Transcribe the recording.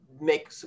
make